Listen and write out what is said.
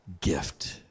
gift